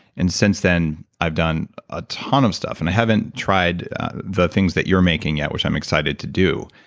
and since then, i've done a ton of stuff and i haven't tried the things that you're making yet which i'm excited to do.